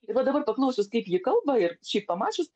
ir va dabar paklausius kaip ji kalba ir šiaip pamačius